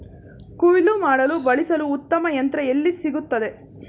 ಕುಯ್ಲು ಮಾಡಲು ಬಳಸಲು ಉತ್ತಮ ಯಂತ್ರ ಎಲ್ಲಿ ಸಿಗುತ್ತದೆ?